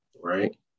right